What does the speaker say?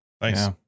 Nice